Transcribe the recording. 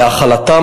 להחלתם,